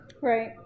Right